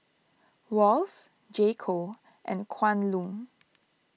Wall's J Co and Kwan Loong